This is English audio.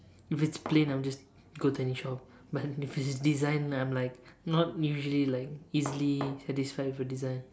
if it's plain I'll just go to any shop but if it's design I'm like not usually like easily satisfied with a design